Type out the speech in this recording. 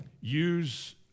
use